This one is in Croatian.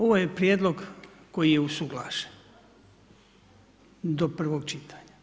Ovo je prijedlog koji je usuglašen do prvog čitanja.